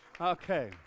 Okay